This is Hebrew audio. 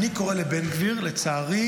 אתה קורא לבן גביר ליצן?